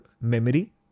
memory